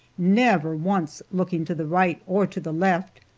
never once looking to the right or to the left,